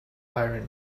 iron